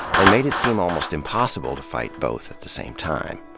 and made it seem almost impossible to fight both at the same time.